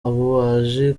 ububaji